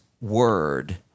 Word